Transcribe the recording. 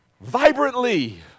Vibrantly